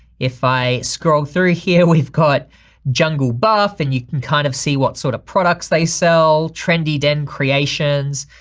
if i scroll through here, we've got jungle buff and you can kind of see what sort of products they sell, trendy den creations,